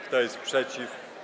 Kto jest przeciw?